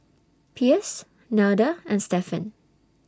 Pierce Nelda and Stephen